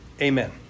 amen